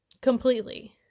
completely